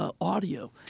audio